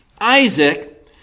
Isaac